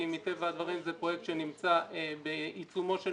כי מטבע הדברים זה פרויקט שנמצא בעיצומו של